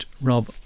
Rob